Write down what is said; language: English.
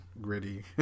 gritty